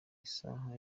isaha